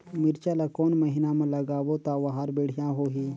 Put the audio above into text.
मिरचा ला कोन महीना मा लगाबो ता ओहार बेडिया होही?